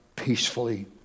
peacefully